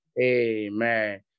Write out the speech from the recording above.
Amen